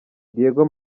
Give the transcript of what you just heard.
diego